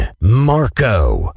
Marco